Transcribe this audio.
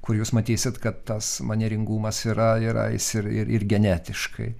kur jūs matysit kad tas manieringumas yra yra jis ir ir genetiškai